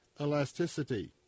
elasticity